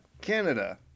Canada